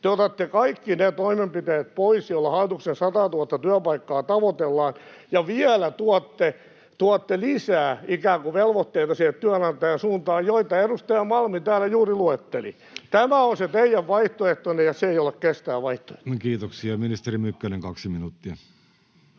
te otatte kaikki ne toimenpiteet pois, joilla hallituksen 100 000:ta työpaikkaa tavoitellaan, ja vielä tuotte lisää ikään kuin sinne työnantajan suuntaan velvoitteita, joita edustaja Malm täällä juuri luetteli. Tämä on se teidän vaihtoehtonne, ja se ei ole kestävä vaihtoehto. Kiitoksia. — Ministeri Mykkänen, kaksi minuuttia.